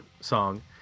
song